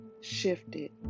shifted